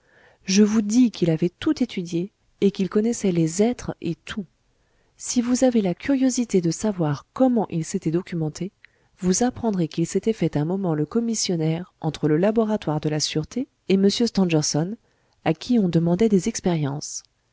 je vous dis qu'il avait tout étudié et qu'il connaissait les êtres et tout si vous avez la curiosité de savoir comment il s'était documenté vous apprendrez qu'il s'était fait un moment le commissionnaire entre le laboratoire de la sûreté et m stangerson à qui on demandait des expériences